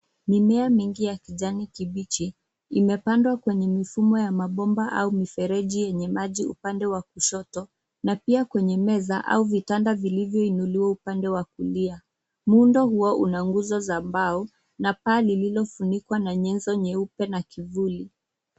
Mimea mingi ya kijani kibichi imepandwa kwenye mifumo ya mabomba au mifereji yenye maji upande wa kushoto na pia kwenye meza au vitanda vilivyo inuliwa upande wa kulia. Muundo huo una nguzo za mbao na paa lililo funikwa nyenzo nyeupe na kivuli.